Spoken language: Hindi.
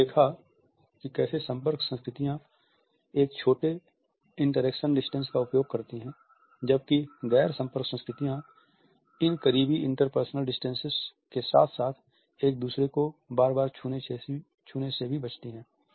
हमने देखा कि कैसे संपर्क संस्कृतियाँ एक छोटे इंटरेक्शन डिस्टेंस का उपयोग करती हैं जबकि गैर संपर्क संस्कृतियाँ इन करीबी इंटर पर्सनल डिस्टेंसेस के साथ साथ एक दूसरे को बार बार छूने से भी बचती हैं